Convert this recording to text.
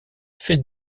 fait